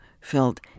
felt